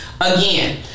Again